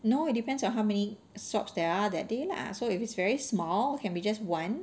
no it depends on how many swabs there are that day lah so if it's very small it can be just one